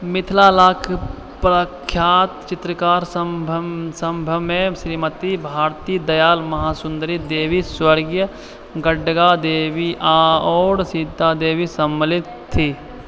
मिथिलाक प्रख्यात चित्रकारसभमे श्रीमती भारती दयाल महासुन्दरी देवी स्वर्गीय गङ्गा देवी आओर सीता देवी सम्मिलित छथि